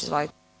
Izvolite.